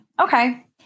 Okay